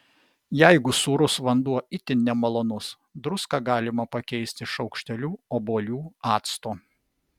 jeigu sūrus vanduo itin nemalonus druską galima pakeisti šaukšteliu obuolių acto